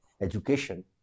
education